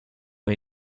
may